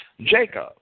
Jacob